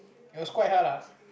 it was quite hard lah